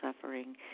suffering